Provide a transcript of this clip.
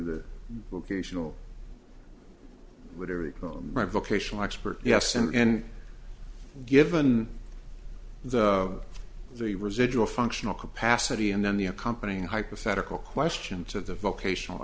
the vocational whatever you call them by vocational expert yes and given the residual functional capacity and then the accompanying hypothetical question to the vocational